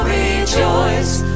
rejoice